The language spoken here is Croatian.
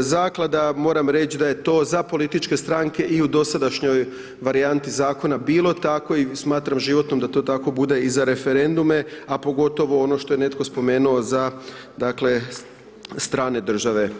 zaklada, moram reći da je to za političke stranke i u dosadašnjoj varijanti zakona bilo tako i smatram životnom da to tako bude i za referendume a pogotovo ono što je netko spomenuo za dakle strane države.